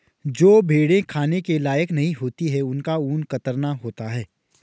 जो भेड़ें खाने के लायक नहीं होती उनका ऊन कतरन होता है